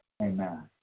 Amen